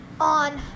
on